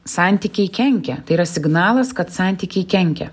santykiai kenkia tai yra signalas kad santykiai kenkia